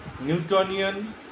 Newtonian